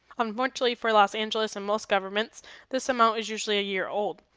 unfortunately for los angeles and most governments this amount is usually a year-old.